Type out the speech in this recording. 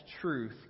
truth